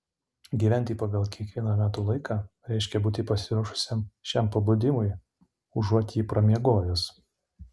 gyventi pagal kiekvieną metų laiką reiškia būti pasiruošusiam šiam pabudimui užuot jį pramiegojus